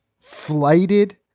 flighted